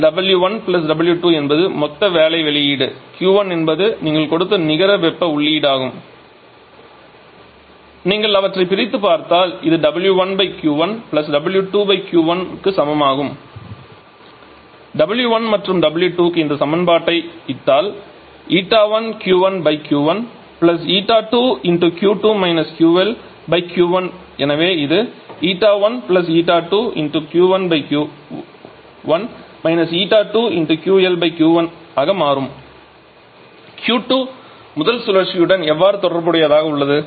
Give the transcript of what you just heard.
இதில் W1 W2 என்பது மொத்த வேலை வெளியீடு Q1 என்பது நீங்கள் கொடுத்த நிகர வெப்ப உள்ளீடாகும் நீங்கள் அவற்றைப் பிரித்தால் இது 𝑊1 𝑊2 𝑄1 𝑄1 க்கு சமமாகும் W1 மற்றும் W2 க்கு இந்த சமன்பாட்டை இட்டால் 𝜂1𝑄1𝑄1 𝜂2 𝑄2−𝑄𝐿𝑄1 எனவே இது 𝜂1 𝜂2𝑄2𝑄1 𝜂2𝑄L𝑄1 ஆக மாறும் Q2 முதல் சுழற்சியுடன் எவ்வாறு தொடர்புடையதாக உள்ளது